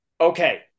okay